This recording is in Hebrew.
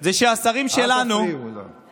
זה שהשרים שלנו